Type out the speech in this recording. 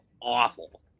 awful